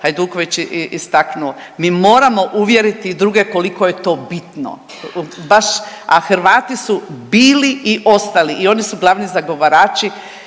Hajduković istaknuo. Mi moramo uvjeriti i druge koliko je to bitno baš, a Hrvati su bili i ostali i oni su glavni zagovarači